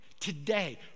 Today